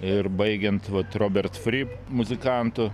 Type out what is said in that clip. ir baigiant vat robert fry muzikantu